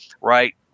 right